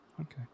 Okay